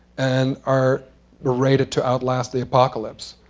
and are rated to outlast the apocalypse,